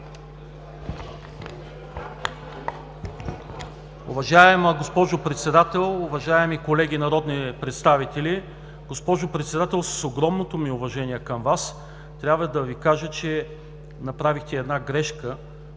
Уважаема госпожо Председател, уважаеми колеги народни представители! Госпожо Председател, с огромното ми уважение към Вас, трябва да Ви кажа, че направихте една грешка.